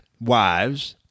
wives